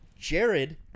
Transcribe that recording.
Jared